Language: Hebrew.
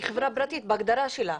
אבל היא חברה פרטית בהגדרה שלה.